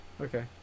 Okay